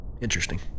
Interesting